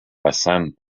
passant